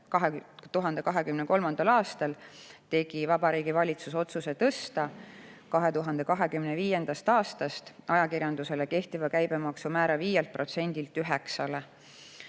esitamist – tegi Vabariigi Valitsus otsuse tõsta 2025. aastast ajakirjandusele kehtiva käibemaksu määra 5%‑lt 9%‑le.